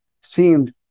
seemed